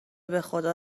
بخدا